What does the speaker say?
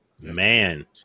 Man